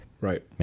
Right